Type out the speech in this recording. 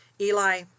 Eli